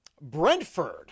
Brentford